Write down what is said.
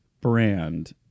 brand